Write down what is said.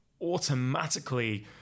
automatically